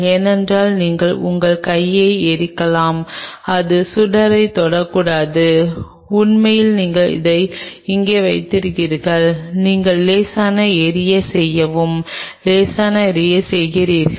ஏனென்றால் நீங்கள் உங்கள் கையை எரிக்கலாம் அது சுடரைத் தொடக்கூடாது உண்மையில் நீங்கள் இதை இங்கே வைத்திருக்கிறீர்கள் நீங்கள் லேசான எரிய செய்யவும் லேசான எரிய செய்கிறீர்கள்